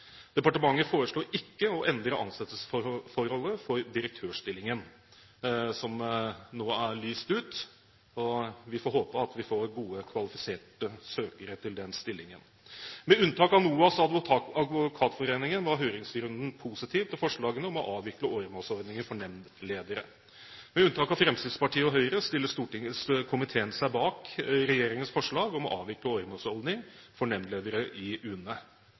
Departementet foreslo ikke å endre ansettelsesforholdet for direktørstillingen, som nå er lyst ut. Vi får håpe at vi får gode, kvalifiserte søkere til den stillingen. Med unntak av NOAS og Advokatforeningen var høringsrunden positiv til forslagene om å avvikle åremålsordningen for nemndledere. Med unntak av Fremskrittspartiet og Høyre stiller komiteen seg bak regjeringens forslag om å avvikle åremålsordningen for nemndledere i UNE.